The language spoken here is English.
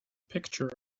picture